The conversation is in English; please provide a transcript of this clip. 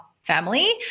family